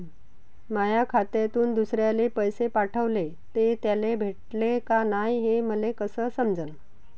माया खात्यातून दुसऱ्याले पैसे पाठवले, ते त्याले भेटले का नाय हे मले कस समजन?